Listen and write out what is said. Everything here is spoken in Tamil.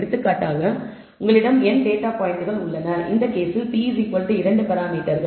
எடுத்துக்காட்டாக உங்களிடம் n டேட்டா பாயிண்ட்கள் உள்ளன இந்த கேஸில் p 2 பராமீட்டர்கள்